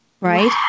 right